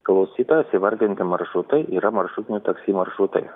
klausytojos įvardinti maršrutai yra maršrutinio taksi maršrutai